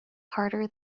harder